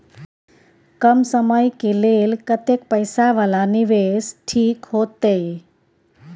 कम समय के लेल कतेक पैसा वाला निवेश ठीक होते?